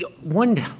one